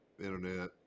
internet